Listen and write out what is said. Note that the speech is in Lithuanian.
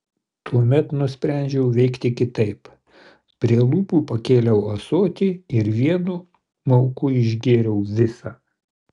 tuomet nusprendžiau veikti kitaip prie lūpų pakėliau ąsotį ir vienu mauku išgėriau visą